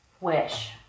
wish